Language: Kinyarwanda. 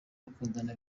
bakundana